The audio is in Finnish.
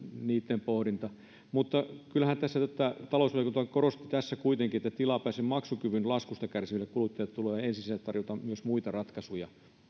niitten pohdintaa kyllähän talousvaliokunta korosti tässä kuitenkin tätä että tilapäisen maksukyvyn laskusta kärsiville kuluttajille tulee ensisijaisesti tarjota muita ratkaisuja